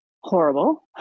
Horrible